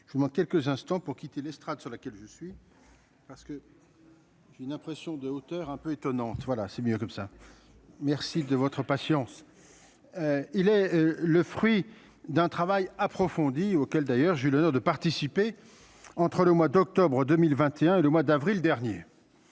je vous dans quelques instants pour quitter l'estrade sur laquelle je suis. Parce que. Une impression de hauteur un peu étonnante voilà c'est mieux comme ça, merci de votre patience, il est le fruit d'un travail approfondi auquel d'ailleurs, j'ai eu l'honneur de participer, entre le mois d'octobre 2021 et le mois d'avril dernier,